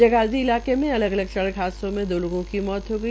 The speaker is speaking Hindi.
जगाधरी इलाके में अलग अलग सड़क हादसों में दो लोगों की मौत हो गई